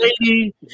lady